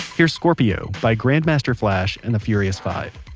here's scorpio by grand master flash and the furious five.